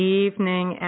evening